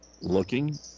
Looking